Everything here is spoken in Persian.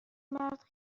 مرد